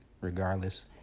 Regardless